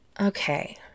Okay